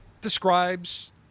describes